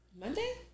Monday